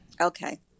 Okay